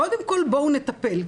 קודם כל בואו נטפל,